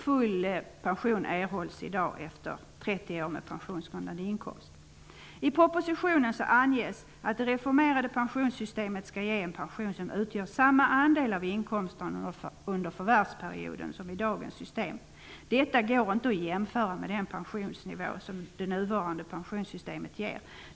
Full pension erhålls i dag efter I propositionen anges att det reformerade pensionssystemet skall ge en pension som utgör samma andel av inkomsterna under förvärvsperioden som dagens system ger. Detta går inte att jämföra med pensionsnivån med nuvarande pensionssystem.